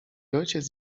ojciec